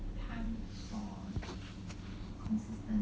for cars